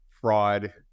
fraud